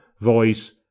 voice